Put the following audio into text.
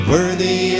Worthy